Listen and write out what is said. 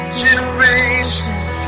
generations